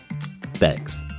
Thanks